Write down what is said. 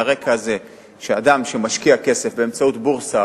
על הרקע הזה שאדם שמשקיע כסף באמצעות בורסה,